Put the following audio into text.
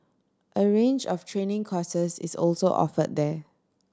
a range of training courses is also offered there